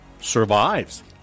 survives